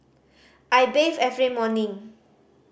I bathe every morning